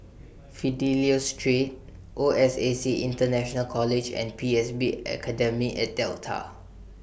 Fidelio Street O S A C International College and P S B Academy At Delta